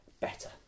better